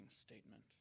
statement